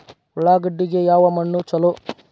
ಉಳ್ಳಾಗಡ್ಡಿಗೆ ಯಾವ ಮಣ್ಣು ಛಲೋ?